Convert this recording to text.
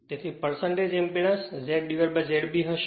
તેથી impedance ZZ B હશે